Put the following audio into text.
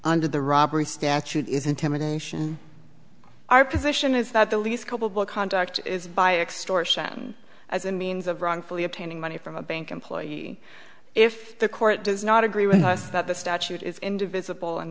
under the robbery statute is intimidation our position is that the least couple book conduct is by extortion as a means of wrongfully obtaining money from a bank employee if the court does not agree with us that the statute is in divisible in